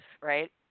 right